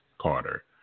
Carter